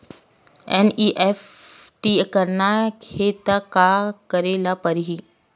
NEFT करना हे त का करे ल पड़हि?